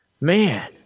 Man